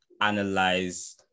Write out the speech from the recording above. analyze